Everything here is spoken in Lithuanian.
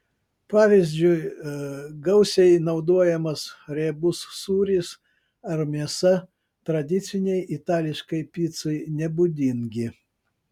pavyzdžiui gausiai naudojamas riebus sūris ar mėsa tradicinei itališkai picai nebūdingi